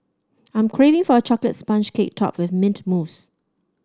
I am craving for a chocolate sponge cake topped with mint mousse